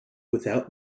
without